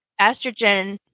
estrogen